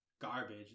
garbage